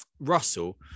Russell